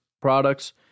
products